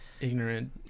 Ignorant